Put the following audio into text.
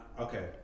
okay